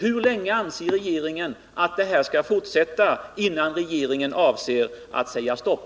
Hur länge anser regeringen att detta skall fortsätta innan regeringen avser att säga stopp?